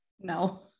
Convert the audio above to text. No